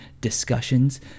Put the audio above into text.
discussions